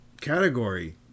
category